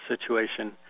situation